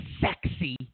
sexy